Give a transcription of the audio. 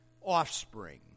offspring